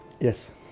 Yes